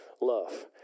love